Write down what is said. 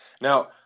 Now